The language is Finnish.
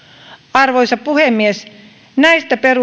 arvoisa puhemies näistä